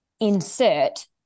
Insert